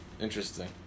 Interesting